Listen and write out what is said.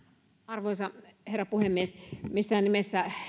arvoisa herra puhemies missään nimessä